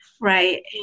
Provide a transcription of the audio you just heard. right